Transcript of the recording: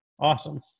Awesome